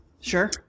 Sure